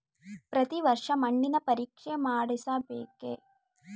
ಪ್ರತಿ ವರ್ಷ ಮಣ್ಣಿನ ಪರೀಕ್ಷೆ ಮಾಡಿಸಬೇಕೇ?